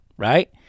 Right